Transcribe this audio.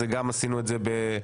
גם עשינו את זה בהבנות,